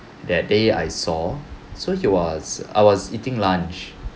that day I saw so he was I was eating lunch